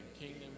kingdom